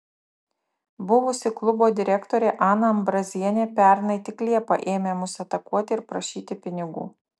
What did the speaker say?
buvusi klubo direktorė ana ambrazienė pernai tik liepą ėmė mus atakuoti ir prašyti pinigų